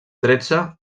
tretze